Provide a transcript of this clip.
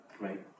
Right